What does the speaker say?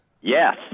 Yes